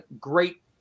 great